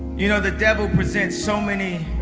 you know the devil present so many